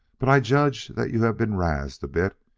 but i judge that you have been razzed a bit.